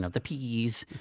ah the peas,